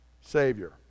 Savior